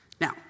Now